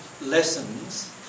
lessons